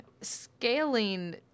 scaling